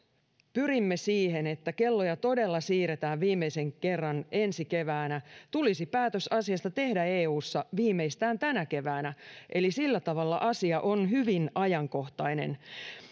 pyrimme siihen että kelloja todella siirretään viimeisen kerran ensi keväänä tulisi päätös asiasta tehdä eussa viimeistään tänä keväänä eli sillä tavalla asia on hyvin ajankohtainen